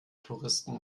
touristen